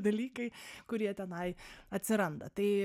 dalykai kurie tenai atsiranda tai